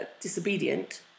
disobedient